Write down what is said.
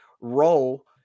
role –